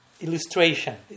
Illustration